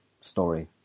story